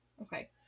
Okay